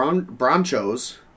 Bronchos